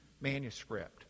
manuscript